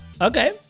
Okay